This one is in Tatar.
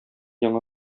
яңа